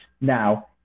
now